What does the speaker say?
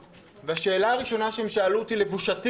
והשאלה הראשונה שהם שאלו אותי, לבושתי